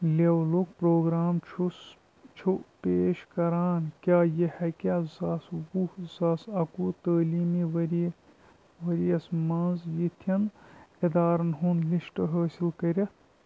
لیولُک programme چھُس چھُ پیش کران کیٛاہ یہِ ہیٚکیٛاہ زٕ ساس وُہ زٕ ساس اَکوُہ تعلیٖمی ؤریہِ ؤرۍیَس مَنٛز یِتھٮ۪ن اِدارن ہُنٛد لِسٹ حٲصِل کٔرِتھ